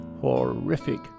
horrific